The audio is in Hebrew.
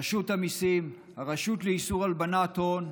רשות המיסים, הרשות לאיסור הלבנת הון,